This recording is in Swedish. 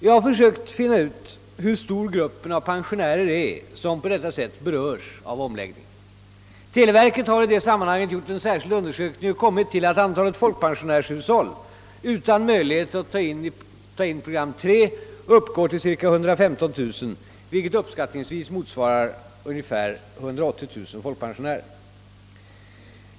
Jag har sökt finna ut, hur stor gruppen av pensionärer är som på detta sätt berörs av omläggningen. Televerket har i detta sammanhang gjort en särskild undersökning och kommit till att antalet folkpensionärshushåll utan möjlighet att ta in program 3 uppgår till ca 115 000, vilket uppskattningsvis motsvarar ungefär 180000 folkpensionärer.